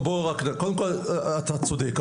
אתה צודק,